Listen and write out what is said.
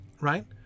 right